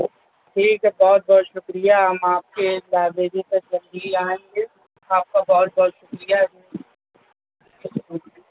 ٹھیک ہے بہت بہت شکریہ ہم آپ کے لائبریری میں جلد ہی آئیں گے آپ کا بہت بہت شکریہ